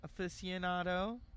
aficionado